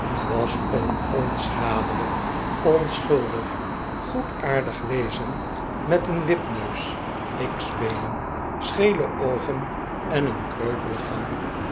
was een onschadelijk onschuldig goedaardig wezen met een wipneus x beenen schele oogen en een kreupelen gang